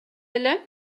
беле